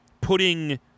putting